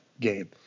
game